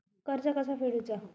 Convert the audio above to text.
कर्ज कसा फेडुचा?